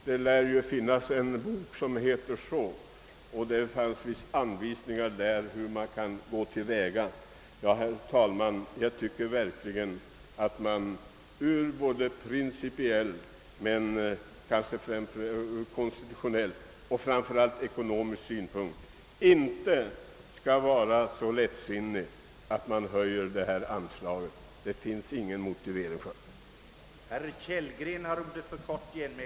Det lär finnas en bok som heter så, och den ger visst anvisningar om hur man skall gå till väga. Herr talman! Enligt min mening finns det både konstitutionella och framför allt ekonomiska skäl för att inte vara så lättsinnig att man höjer dessa anslag. Det finns däremot ingen motivering för att göra det. Jag yrkar därför bifall till reservanternas förslag.